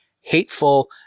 hateful